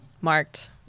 Marked